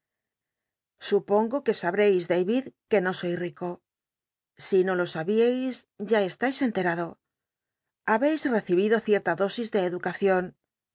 supongo qu e sabrcis dal'id que no soy rico ado llabeis recibido si no lo sabíais ya estáis enterado habéis recibido cierta dosis de edueaeion